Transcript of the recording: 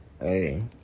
hey